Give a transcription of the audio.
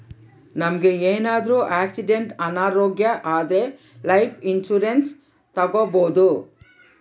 ನಮ್ಗೆ ಏನಾದ್ರೂ ಆಕ್ಸಿಡೆಂಟ್ ಅನಾರೋಗ್ಯ ಆದ್ರೆ ಲೈಫ್ ಇನ್ಸೂರೆನ್ಸ್ ತಕ್ಕೊಬೋದು